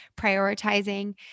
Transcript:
prioritizing